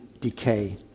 decay